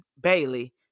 Bailey